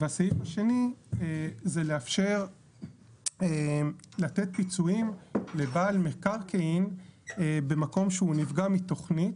הסעיף השני זה לאפשר לתת פיצויים לבעל מקרקעין במקום שהוא נפגע מתוכנית.